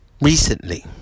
recently